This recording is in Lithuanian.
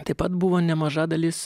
taip pat buvo nemaža dalis